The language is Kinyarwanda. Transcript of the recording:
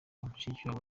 mushikiwabo